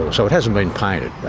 so it hasn't been painted.